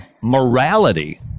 Morality